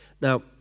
Now